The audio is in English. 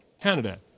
Canada